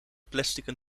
plastieken